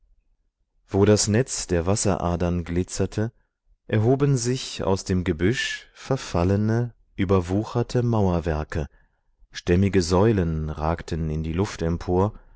wo das netz der wasseradern glitzerte erhoben sich aus dem gebüsch verfallene überwucherte mauerwerke stämmige säulen ragten in die luft empor